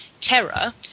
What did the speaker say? terror